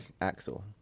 axle